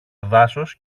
δάσος